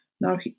Now